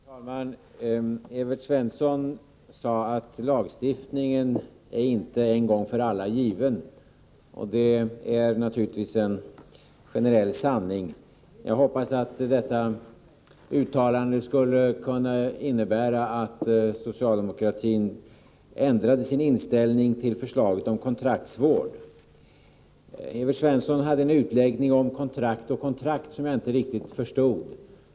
Herr talman! Evert Svensson sade att lagstiftningen inte är en gång för alla given. Det är en generell sanning. Jag hoppas att detta uttalande skulle kunna innebära att socialdemokratin ändrar sin inställning till förslaget om kontraktsvård. Evert Svensson gjorde en utläggning om kontrakt och kontrakt som jag inte riktigt förstod.